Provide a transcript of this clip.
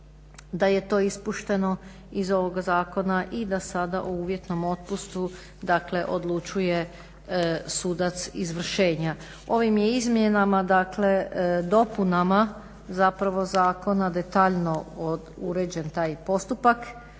da je to ispušteno iz ovog zakona i da sada o uvjetnom otpustu, dakle odlučuje sudac izvršenja. Ovim je izmjenama dakle, dopunama zapravo zakona detaljno uređen taj postupak,